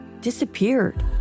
disappeared